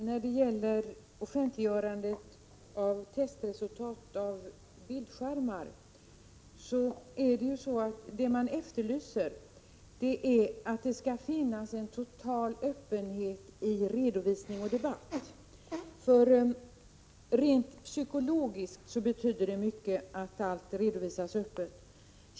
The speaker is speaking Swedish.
Herr talman! När det gäller testresultat för bildskärmar efterlyser man ju ett offentliggörande och en total öppenhet i redovisning och debatt. Rent psykologiskt betyder det mycket att allt redovisas öppet.